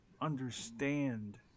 understand